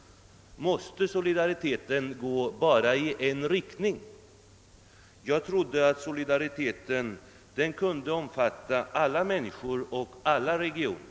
Måste solidariteten gå bara i en rikt ning? Jag trodde att den kunde omfatta alla människor och alla regioner.